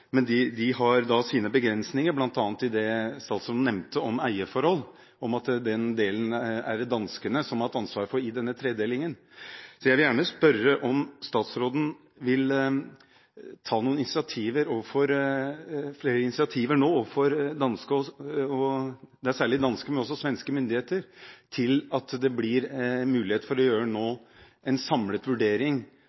Men de har sine begrensninger, bl.a. i det statsråden nevnte om eierforhold – om at det er danskene som har hatt ansvaret for det i denne tredelingen. Så jeg vil gjerne spørre om statsråden vil ta noen flere initiativer nå – særlig overfor danske, men også svenske myndigheter – til at det nå blir mulig å gjøre en samlet vurdering av behovet for å